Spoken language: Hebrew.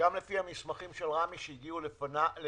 גם לפי המסמכים של רמ"י שהגיעו לשולחני,